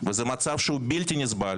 זה מצב בלתי נסבל.